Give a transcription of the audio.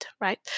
right